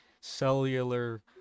cellular